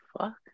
fuck